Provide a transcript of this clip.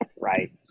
Right